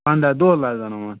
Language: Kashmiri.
پنٛداہ دۄہ لَگن یِمَن